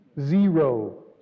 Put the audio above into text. Zero